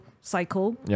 cycle